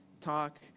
talk